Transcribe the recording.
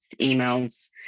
emails